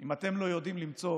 אם אתם לא יודעים למצוא